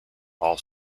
all